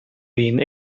been